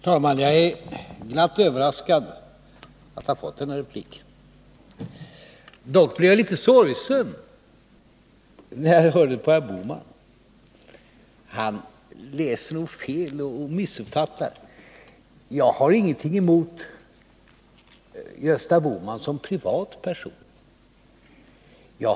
Herr talman! Jag är glatt överraskad över att ha fått en replik. Dock blev jag litet sorgsen när jag hörde herr Bohman. Han läser nog fel och missuppfattar: jag har ingenting emot Gösta Bohman som privat person.